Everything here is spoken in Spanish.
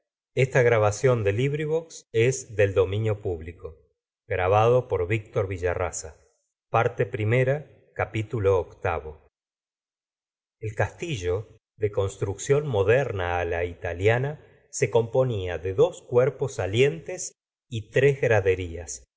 objeto de alumbrar los coches oeviii el castillo de construcción moderna la italiana se componía de dos cuerpos salientes y tres graderías